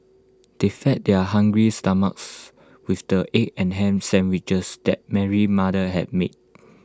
they fed their hungry stomachs with the egg and Ham Sandwiches that Mary's mother had made